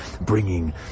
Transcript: bringing